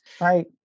Right